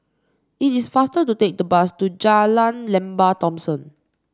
it is faster to take the bus to Jalan Lembah Thomson